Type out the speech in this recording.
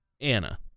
Anna